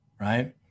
right